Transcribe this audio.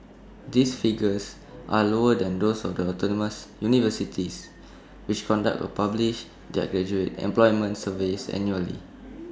these figures are lower than those of the autonomous universities which conduct A publish their graduate employment surveys annually